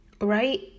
right